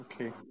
Okay